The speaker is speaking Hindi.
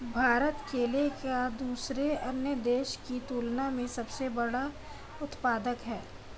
भारत केले का दूसरे अन्य देशों की तुलना में सबसे बड़ा उत्पादक है